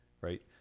right